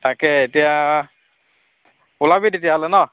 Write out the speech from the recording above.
তাকে এতিয়া ওলাবি তেতিয়াহ'লে ন